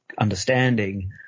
understanding